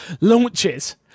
Launches